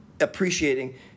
appreciating